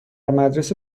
مدرسه